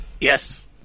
Yes